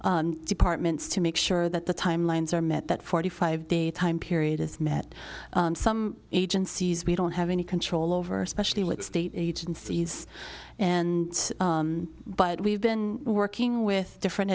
with departments to make sure that the timelines are met that forty five day time period is met some agencies we don't have any control over especially with state agencies and but we've been working with different